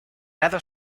lado